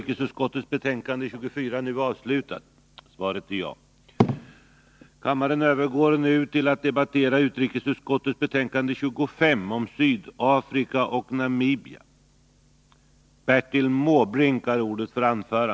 Kammaren övergår nu till att debattera socialutskottets betänkande 33 om överenskommelse om läkarutbildning m.m.